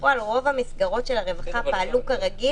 בפועל רוב המסגרות של הרווחה פעלו כרגע,